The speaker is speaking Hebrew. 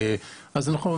אז נכון,